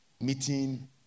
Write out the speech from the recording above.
meeting